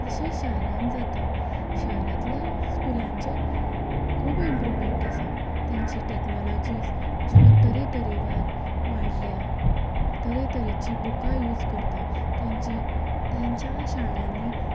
जशें शारान जाता शहरांतल्या स्कुलांचें खूब इमप्रुवमेंट आसा तांची टॅक्नोलॉजी ज्यो तरेतरेवार वाडल्या तरेतरेची बुकां यूज करता तांची तांच्या शाळांनी